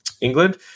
England